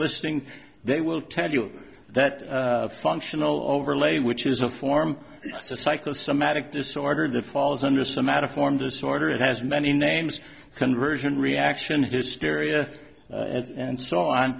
listing they will tell you that functional overlay which is a form to psychosomatic disorder that falls under some out of form disorder it has many names conversion reaction hysteria and so on